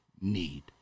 need